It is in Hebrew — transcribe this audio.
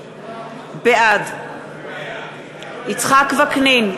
בעד יצחק וקנין,